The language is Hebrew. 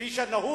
כפי שנהוג,